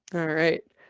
alright,